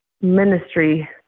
ministry